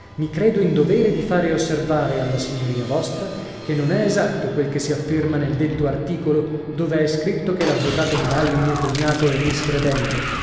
mi credo in dovere di fare osservare alla s v che non è esatto quel che si afferma nel detto articolo dove è scritto che l'avvocato maralli mio cognato è miscredente